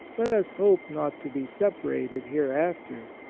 let us hope not to be separated hereafter,